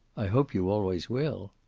i hope you always will.